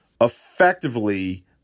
effectively